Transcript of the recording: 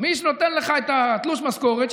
מי שנותן לך את תלוש המשכורת,